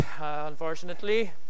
unfortunately